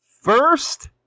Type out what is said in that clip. First